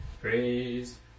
Praise